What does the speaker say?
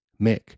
Mick